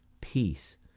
peace